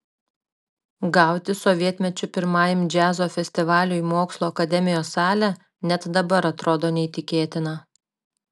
gauti sovietmečiu pirmajam džiazo festivaliui mokslų akademijos salę net dabar atrodo neįtikėtina